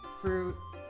fruit